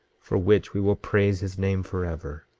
for which we will praise his name forever.